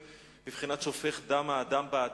בבחינת "שפך דם האדם באדם"